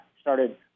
started